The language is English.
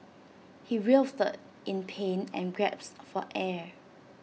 he writhed in pain and grasps for air